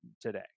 today